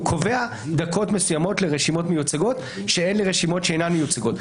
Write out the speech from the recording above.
הוא קובע דקות מסוימות לרשימות מיוצגות כשאין לי רשימות שאינן מיוצגות.